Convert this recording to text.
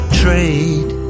trade